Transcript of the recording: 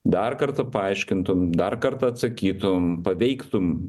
dar kartą paaiškintum dar kartą atsakytum paveiktum